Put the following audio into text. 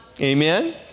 Amen